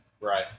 Right